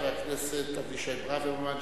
חבר הכנסת אבישי ברוורמן,